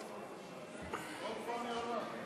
עוד פעם היא עולה?